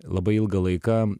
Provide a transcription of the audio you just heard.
labai ilgą laiką